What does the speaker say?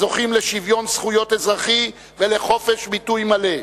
הזוכים לשוויון זכויות אזרחי ולחופש ביטוי מלא.